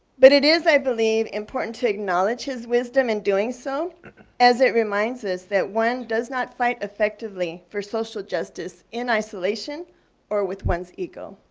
but it is i believe important to acknowledge his wisdom in doing so as it reminds us that one does not fight effectively for social justice in isolation or with one's ego.